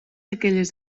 aquelles